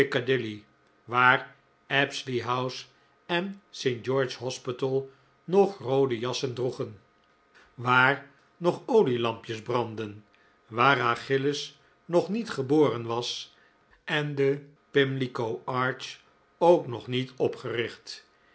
waar apsley house en st george's hospital nog roode jasjes droegen waar nog olielampjes brandden waar achilles nog niet geboren was en de pimlico arch ook nog niet opgericht